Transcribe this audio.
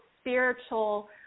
spiritual